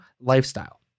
lifestyle